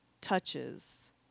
touches